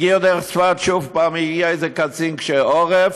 הגיע דרך צפת, ושוב פעם הגיע איזה קצין קשה עורף: